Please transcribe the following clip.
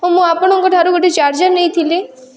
ହଁ ମୁଁ ଆପଣଙ୍କ ଠାରୁ ଗୋଟେ ଚାର୍ଜର୍ ନେଇଥିଲି